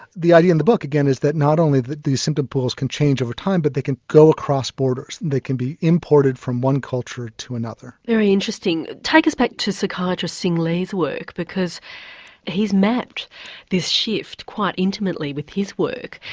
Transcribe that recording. the idea in the book again is that not only these symptom pools can change your time but they can go across borders, they can be imported from one culture to another. very interesting. take us back to psychiatrist sing lee's work, because he's mapped this shift quite intimately with his work.